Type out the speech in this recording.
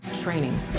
training